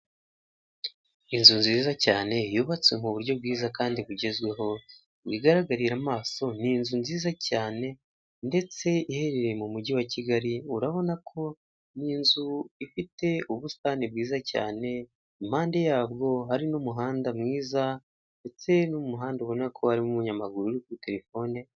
Inzu nziza cyane yubatse mu buryo bwiza kandi bugezweho. Bigaragarira amaso, ni inzu nziza cyane ndetse iherereye mu Mujyi wa Kigali. Urabona ko ari inzu ifite ubusitani bwiza cyane. Impande yabwo hari n'umuhanda mwiza ndetse ni n'umuhanda ubona ko urimo umunyamaguru uri kuri telefoni.